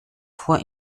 vor